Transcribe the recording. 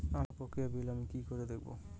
আমার বকেয়া বিল আমি কি করে দেখব?